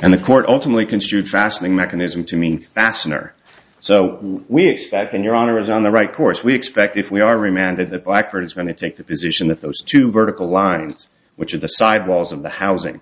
and the court ultimately construed fastening mechanism to mean fastener so we expect in your honor is on the right course we expect if we are reminded that blackbird is going to take the position that those two vertical lines which is the side walls of the housing